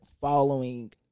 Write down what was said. Following